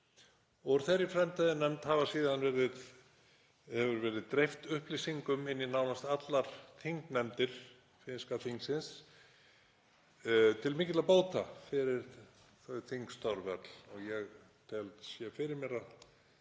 úr þeirri framtíðarnefnd hefur síðan verið dreift upplýsingum inn í nánast allar þingnefndir finnska þingsins, til mikilla bóta fyrir þau þingstörf öll. Ég sé fyrir mér að